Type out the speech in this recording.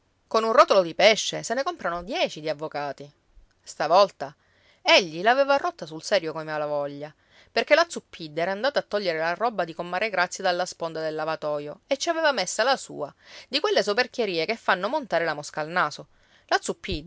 con un rotolo di pesce se ne comprano dieci di avvocati stavolta egli l'aveva rotta sul serio coi malavoglia perché la zuppidda era andata a togliere la roba di comare grazia dalla sponda del lavatoio e ci aveva messa la sua di quelle soperchierie che fanno montare la mosca al naso la